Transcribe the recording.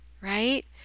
right